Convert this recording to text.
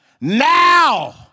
now